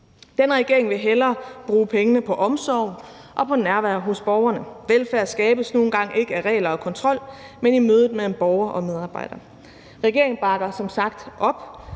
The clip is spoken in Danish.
Den her regering vil hellere bruge pengene på omsorg og nærvær hos borgerne. Velfærd skabes nu engang ikke af regler og kontrol, men i mødet mellem borgere og medarbejdere. Regeringen bakker som